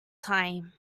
time